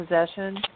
possession